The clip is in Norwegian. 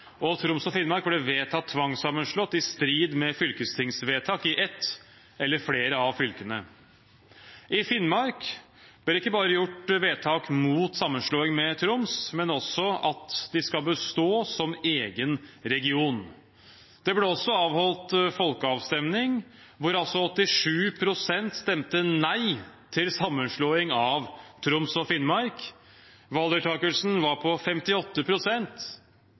og Troms og Finnmark ble vedtatt tvangssammenslått i strid med fylkestingsvedtak i et eller flere av fylkene. I Finnmark ble det ikke bare gjort vedtak mot sammenslåing med Troms, men også at de skal bestå som egen region. Det ble også avholdt folkeavstemning, hvor altså 87 pst. stemte nei til sammenslåing av Troms og Finnmark. Valgdeltakelsen var på